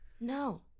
No